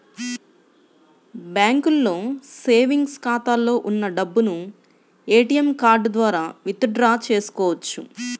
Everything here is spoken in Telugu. బ్యాంకులో సేవెంగ్స్ ఖాతాలో ఉన్న డబ్బును ఏటీఎం కార్డు ద్వారా విత్ డ్రా చేసుకోవచ్చు